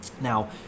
Now